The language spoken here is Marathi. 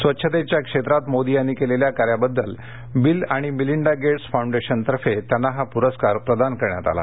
स्वच्छतेच्या क्षेत्रात मोदी यांनी केलेल्या कार्याबद्दल बिल आणि मिलिंडागेट्स फाउंडेशनतर्फे त्यांना हा पुरस्कार प्रदान करण्यात आला